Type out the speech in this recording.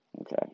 Okay